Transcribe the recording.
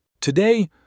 Today